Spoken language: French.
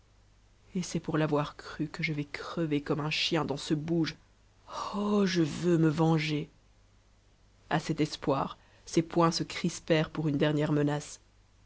et c'est pour l'avoir cru que je vais crever comme un chien dans ce bouge oh je veux me venger à cet espoir ses poings se crispèrent pour une dernière menace